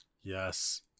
yes